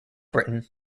britain